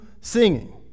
singing